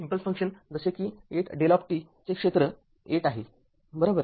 impulse function जसे कि ८δ चे क्षेत्र ८ आहे बरोबर